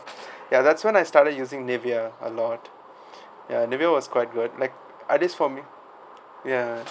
ya that's when I started using Nivea a lot ya Nivea was quite good like at least for me ya